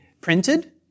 printed